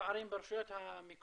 פערים ברשויות המקומיות.